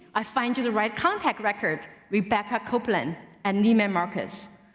i find you the right contact record, rebecca copeland and neiman marcus.